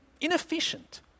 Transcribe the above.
inefficient